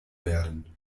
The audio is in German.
werden